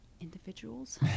individuals